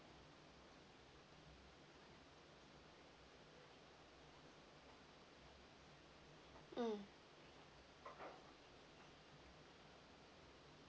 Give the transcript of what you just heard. mm